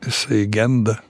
jisai genda